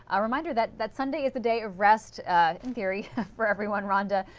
a reminder that that sunday is a day of rest in theory for everyone, rhonda.